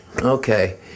okay